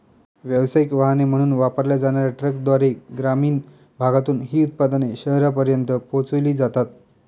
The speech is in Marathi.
व्यावसायिक वाहने म्हणून वापरल्या जाणार्या ट्रकद्वारे ग्रामीण भागातून ही उत्पादने शहरांपर्यंत पोहोचविली जातात